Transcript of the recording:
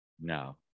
No